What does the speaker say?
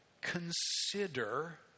consider